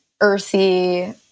earthy